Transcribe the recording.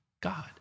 God